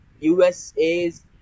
USA's